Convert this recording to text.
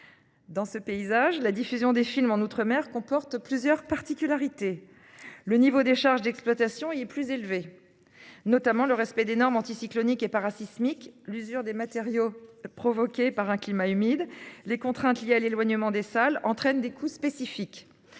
Dans ce paysage, la diffusion des films en outre-mer comporte plusieurs particularités, le niveau des charges d'exploitation est plus élevé. Notamment le respect des normes anti-cyclonique et para-sismique, l'usure des matériaux provoquée par un climat humide, les contraintes liées à l'éloignement des salles entraîne des coûts spécifiques.